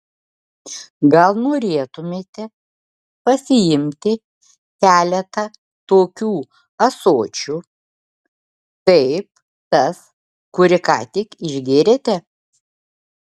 gal norėtumėte pasiimti keletą tokių ąsočių taip tas kurį ką tik išgėrėte